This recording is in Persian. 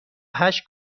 هشت